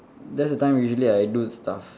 that's the time usually I do stuff